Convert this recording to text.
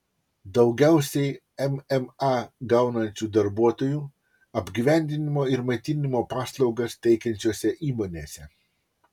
daugiausiai mma gaunančių darbuotojų apgyvendinimo ir maitinimo paslaugas teikiančiose įmonėse